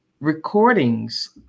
recordings